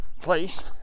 place